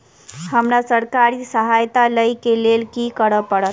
हमरा सरकारी सहायता लई केँ लेल की करऽ पड़त?